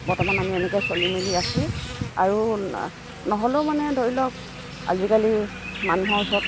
বৰ্তমান আমি এনেকে চলি মেলি আছোঁ আৰু নহ'লেও মানে ধৰি লওক আজিকালি মানুহৰ ওচৰত